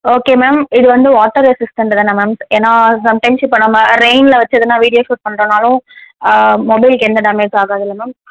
okay ma'am இது வந்து water resistant தானே மேம் ஏன்னா சம்டைம்ஸ் இப்போ நம்ம ரெயினில் வைச்சி எதுனா வீடியோ ஷூட் பண்றதுனாலும் மொபைலுக்கு எந்த டேமேஜும் ஆகாதுல்ல மேம்